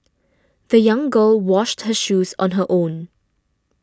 the young girl washed her shoes on her own